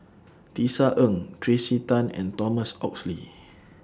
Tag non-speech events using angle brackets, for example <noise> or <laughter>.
<noise> Tisa Ng Tracey Tan and Thomas Oxley